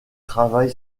travail